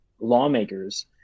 lawmakers